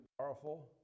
powerful